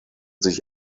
sich